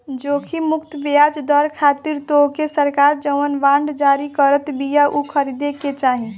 जोखिम मुक्त बियाज दर खातिर तोहके सरकार जवन बांड जारी करत बिया उ खरीदे के चाही